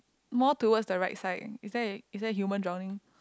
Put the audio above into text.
more towards the right side is there is there human drowning